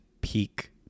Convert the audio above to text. peak